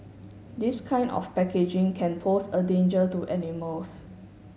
this kind of packaging can pose a danger to animals